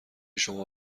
شما